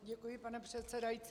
Děkuji, pane předsedající.